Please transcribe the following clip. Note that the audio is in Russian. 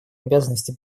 обязанности